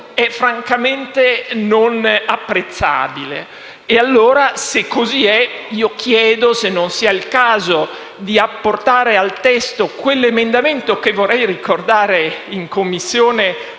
è francamente non apprezzabile. Se così è, mi chiedo se non sia il caso di apportare al testo quell'emendamento che - vorrei ricordare - in Commissione